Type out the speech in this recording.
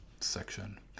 section